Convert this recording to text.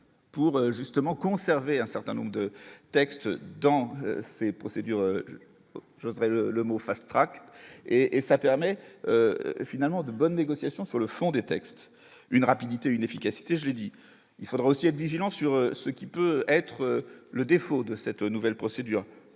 pour justement conserver un certain nombre de textes dans ces procédures, je serai le le mot Fast Track et et ça permet finalement de bonnes négociations sur le fond des textes une rapidité, une efficacité jeudi, il faudra aussi être vigilant sur ce qui peut être le défaut de cette nouvelle procédure